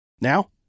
Now